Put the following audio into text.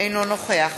אינו נוכח